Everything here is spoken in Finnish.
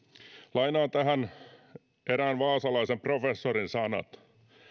lainaan tähän erään vaasalaisen professorin sanat